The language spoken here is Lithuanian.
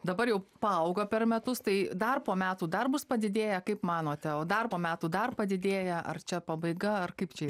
dabar jau paaugo per metus tai dar po metų dar bus padidėję kaip manote o dar po metų dar padidėja ar čia pabaiga ar kaip čia